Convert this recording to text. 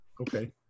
Okay